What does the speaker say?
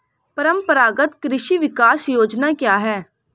परंपरागत कृषि विकास योजना क्या है?